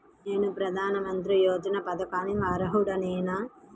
నేను ప్రధాని మంత్రి యోజన పథకానికి అర్హుడ నేన?